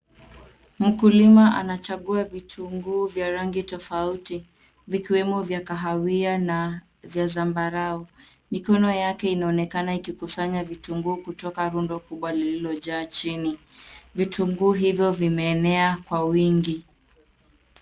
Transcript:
Mkulima anachagua vitunguu vya rangi tofauti. Vikiwemo vya kahawia na vya zambarau. Mikono yake inaonekana ikikusanya vitunguu kutoka rundo kubwa lililojaa chini. Vitunguu hivyo vimeenea kwa wingi.